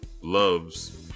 loves